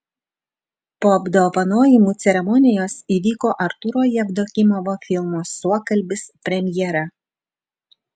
po apdovanojimų ceremonijos įvyko artūro jevdokimovo filmo suokalbis premjera